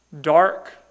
dark